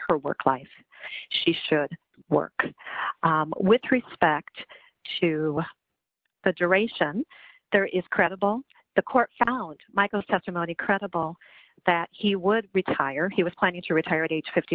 her work life she should work with respect to the duration there is credible the court found michael's testimony credible that he would retire he was planning to retire at age fifty